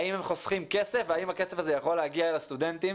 האם הם חוסכים כסף והאם הכסף הזה יכול להגיע אל הסטודנטים